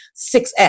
6x